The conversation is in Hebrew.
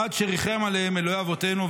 עד שריחם עליהם אלוהי אבותינו,